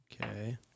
Okay